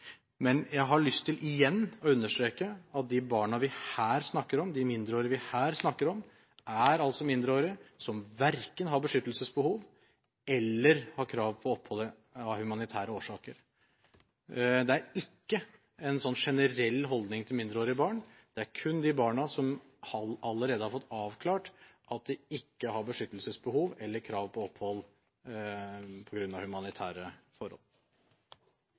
Men jeg har lyst til igjen å understreke at de barna vi her snakker om – de mindreårige vi har snakker om – altså er mindreårige som verken har beskyttelsesbehov eller krav på opphold av humanitære årsaker. Det er ikke en generell holdning til mindreårige barn. Det gjelder kun de barna som allerede har fått avklart at de ikke har beskyttelsesbehov eller krav på opphold på grunn av humanitære forhold.